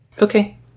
Okay